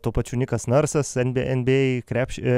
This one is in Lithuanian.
tuo pačiu nikas narsas en nba krepši